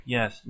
Yes